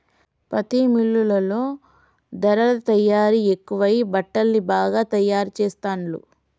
పత్తి మిల్లుల్లో ధారలా తయారీ ఎక్కువై బట్టల్ని బాగా తాయారు చెస్తాండ్లు